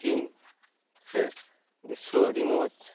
ᱥᱤᱱ ᱥᱮ ᱫᱤᱥᱥᱚ ᱟᱹᱰᱤ ᱢᱚᱡᱽ